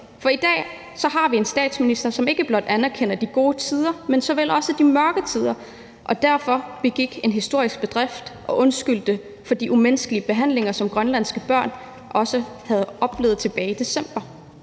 I dag har vi en statsminister, som ikke blot anerkender de gode tider, men også de mørke tider, og derfor begik en historisk bedrift og undskyldte tilbage i december for den umenneskelige behandling, som grønlandske børn også havde oplevet.